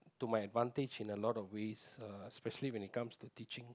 to my advantage in a lot of ways uh especially when it comes to teaching